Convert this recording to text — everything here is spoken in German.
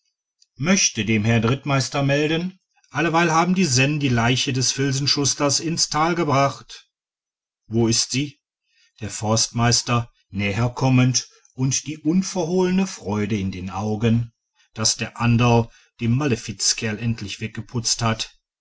möchte dem herrn rittmeister melden alleweil haben die sennen die leiche des filzenschusters ins tal gebracht wo ist sie der forstmeister näher kommend und die unverhohlene freude in den augen daß der anderl den malefizkerl endlich weggeputzt hat